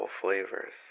flavors